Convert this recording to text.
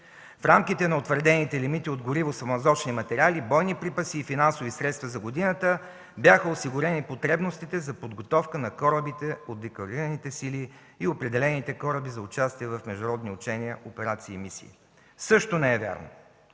В рамките на утвърдените лимити от гориво, смазочни материали, бойни припаси и финансови средства за годината бяха осигурени потребностите за подготовка на корабите от декларираните сили и определените кораби за участие в международни учения, операции и мисии. Също не е вярно!